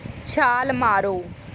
ਛਾਲ ਮਾਰੋ